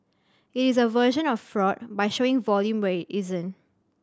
it is a version of fraud by showing volume where it isn't